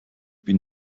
been